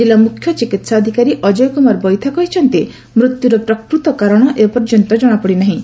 ଜିଲ୍ଲା ମୁଖ୍ୟ ଚିକିହାଧିକାରୀ ଅଜୟ କୁମାର ବଇଥା କହିଛନ୍ତି ମୃତ୍ୟୁର ପ୍ରକୂତ କାରଣ ଏପର୍ଯ୍ୟନ୍ତ କଣାପଡ଼ି ନାହିଁ